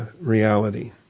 reality